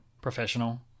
professional